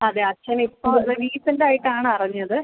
അതെ അച്ഛനിപ്പോൾ റീസൻറ്റായിട്ടാണറിഞ്ഞത്